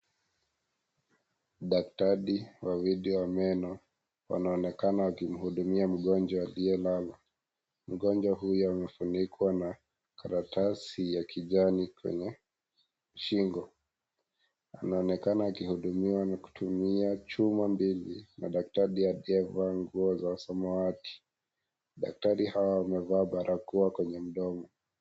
Daktari wawili wa meno wanaonekana wakimhudumia mgonjwa aliyelala, mgonjwa huyu amefunikwa na karatasi ya kijani kwenye shingo, anaonekana akihudumiwa kutumia chuma mbili, madaktari waliovaa nguo ya samawati, daktari hawa wamevaa barakoa kwenye mdomo.